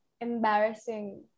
embarrassing